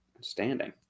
standing